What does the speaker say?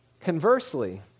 Conversely